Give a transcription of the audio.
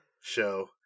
show